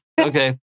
Okay